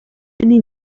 anni